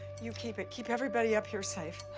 you keep it, keep everybody up here safe.